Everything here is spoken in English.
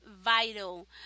vital